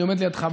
אני עומד לידך,